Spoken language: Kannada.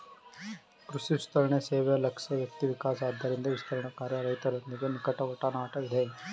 ಕೃಷಿ ವಿಸ್ತರಣಸೇವೆ ಲಕ್ಷ್ಯ ವ್ಯಕ್ತಿವಿಕಾಸ ಆದ್ದರಿಂದ ವಿಸ್ತರಣಾಕಾರ್ಯ ರೈತರೊಂದಿಗೆ ನಿಕಟಒಡನಾಟ ಇದೆ